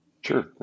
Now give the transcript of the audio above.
Sure